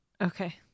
Okay